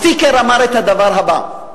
הסטיקר אמר את הדבר הבא: